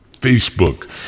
Facebook